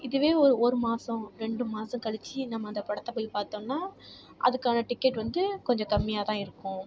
இதுவே ஒரு ஒரு மாதம் ரெண்டு மாதம் கழித்து நம்ம அந்த படத்தை போய் பார்த்தோம்னா அதுக்கான டிக்கெட் வந்து கொஞ்சம் கம்மியாக தான் இருக்கும்